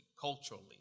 culturally